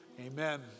Amen